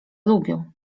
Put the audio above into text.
lubią